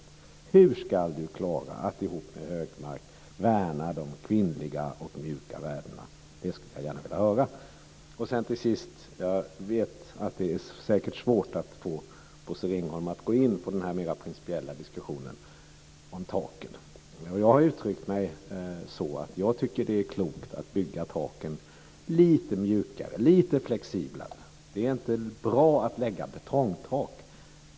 Hur ska Karin Pilsäter klara att ihop med Hökmark värna de kvinnliga och mjuka värdena? Det skulle jag gärna vilja höra. Till sist vill jag säga att jag vet att det är svårt att få Bosse Ringholm att gå in i den mera principiella diskussionen om taken. Jag har uttryckt mig så att jag tycker att det är klokt att göra taken lite mjukare och lite flexiblare. Det är inte bra att lägga betongtak.